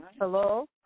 Hello